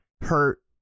hurt